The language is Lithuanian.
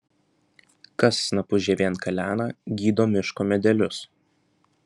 kas snapu žievėn kalena gydo miško medelius